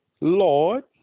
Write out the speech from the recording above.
Lord